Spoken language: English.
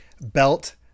belt